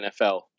NFL